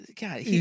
God